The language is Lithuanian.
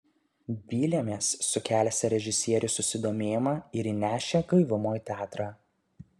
vylėmės sukelsią režisierių susidomėjimą ir įnešią gaivumo į teatrą